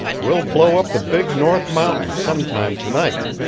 we'll blow up the big north mountains sometime to-night.